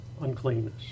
Uncleanness